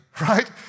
right